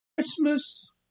Christmas